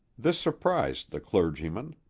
this surprised the clergyman.